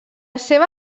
seva